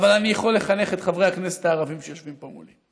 אבל אני יכול לחנך את חברי הכנסת הערבים שיושבים פה מולי: